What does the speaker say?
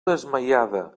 desmaiada